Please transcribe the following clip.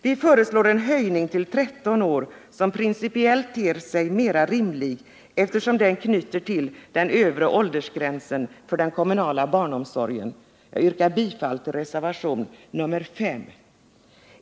Vi föreslår en höjning till 13 år, som principiellt ter sig mera rimlig, eftersom den knyter an till den övre åldersgränsen för den kommunala barnomsorgen. Jag yrkar bifall till reservationen 5.